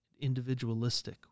individualistic